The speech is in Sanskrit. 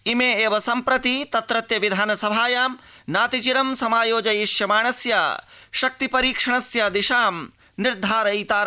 इमे एव सम्प्रति विधानसभायां नातिचिरं समायोज्यस्य तत्रत्य शक्ति परीक्षणस्य दिशां निर्धारयितार